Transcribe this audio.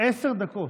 עשר דקות.